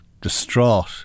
distraught